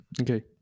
Okay